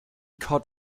cod